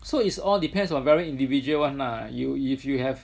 so it's all depends on very individual [one] lah you if you have